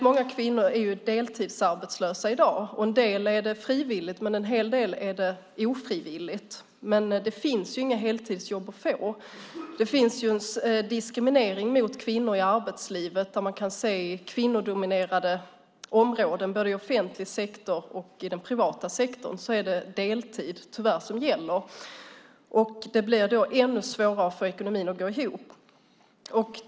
Många kvinnor är deltidsarbetslösa - en del frivilligt en hel del ofrivilligt. Det finns ju inga heltidsjobb att få. Det finns en diskriminering mot kvinnor i arbetslivet. I kvinnodominerade områden både i den offentliga och privata sektorn är det deltid som gäller. Det blir då ändå svårare att få ekonomin att gå ihop.